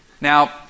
Now